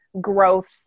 growth